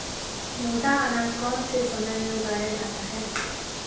मोटा अनाज कौन से समय में उगाया जाता है?